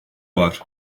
var